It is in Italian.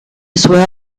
sue